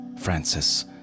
Francis